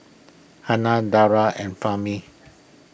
Hana Dara and Fahmi